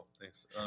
Thanks